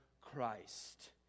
Christ